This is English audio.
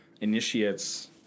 initiates